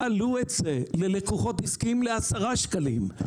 תעלו את המחיר ללקוחות עסקיים שישלמו 10 שקלים.